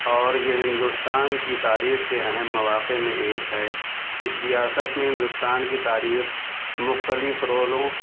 اور یہ ہندوستان کی تاریخ کے اہم مواقع میں ایک ہے اس ریاست میں ہندوستان کی تاریخ مختلف رولوں